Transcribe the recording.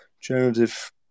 generative